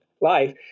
life